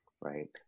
right